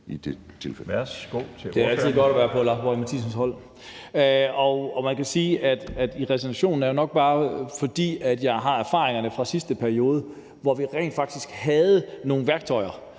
Det er altid godt at være på Lars Boje Mathiesens hold. Man kan jo sige, at resignationen nok bare skyldes, at jeg har erfaringerne fra sidste periode, hvor vi rent faktisk havde nogle værktøjer,